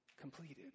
completed